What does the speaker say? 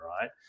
right